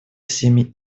всеми